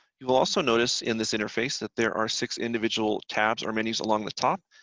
you will also notice in this interface that there are six individual tabs or menus along the top.